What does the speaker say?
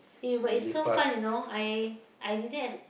eh but it's so fun you know I I didn't ex~